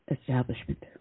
establishment